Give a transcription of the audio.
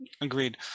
agreed